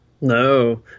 No